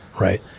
Right